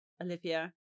olivia